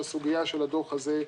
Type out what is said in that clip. שהסוגיה של הדוח הזה,